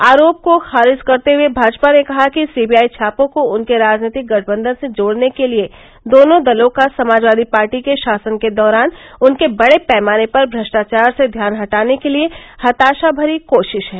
आरोप का खारिज करते हए भाजपा ने कहा कि सीवीआई छापों को उनके राजनीतिक गठबंधन से जोडने के लिए दोनों दलों का समाजवादी पार्टी के शासन के दौरान उनके बडे पैमाने पर भ्रष्टाचार से ध्यान हटाने के लिए हताशा भरी कोशिश है